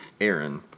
Aaron